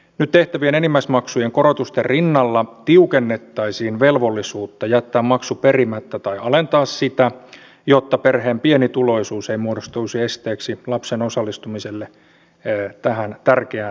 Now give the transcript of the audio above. nyt tehtävien enimmäismaksujen korotusten rinnalla tiukennettaisiin velvollisuutta jättää maksu perimättä tai alentaa sitä jotta perheen pienituloisuus ei muodostuisi esteeksi lapsen osallistumiselle tähän tärkeään toimintaan